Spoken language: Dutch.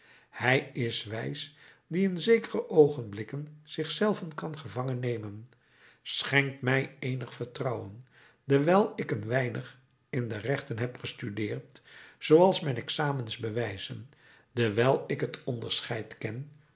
hij is wijs die in zekere oogenblikken zich zelven kan gevangen nemen schenkt mij eenig vertrouwen dewijl ik een weinig in de rechten heb gestudeerd zooals mijn examens bewijzen dewijl ik het onderscheid ken